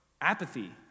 apathy